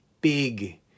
big